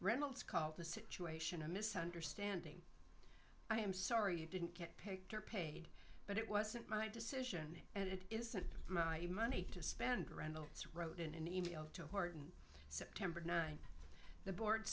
reynolds called the situation a misunderstanding i am sorry you didn't get picked or paid but it wasn't my decision and it isn't my money to spend around the throat in an e mail to horton september ninth the board